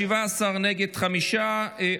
(פגישה עם עורך דין של עצור בעבירת ביטחון),